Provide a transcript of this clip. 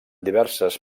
diverses